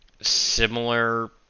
similar